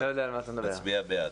נצביע בעד.